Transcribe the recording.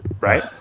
Right